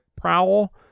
prowl